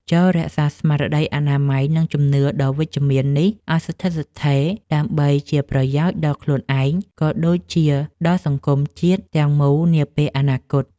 ចូររក្សាស្មារតីអនាម័យ និងជំនឿដ៏វិជ្ជមាននេះឱ្យស្ថិតស្ថេរដើម្បីជាប្រយោជន៍ដល់ខ្លួនឯង ក៏ដូចជាដល់សង្គមជាតិទាំងមូលនាពេលអនាគត។